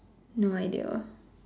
no idea